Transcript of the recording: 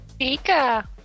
Pika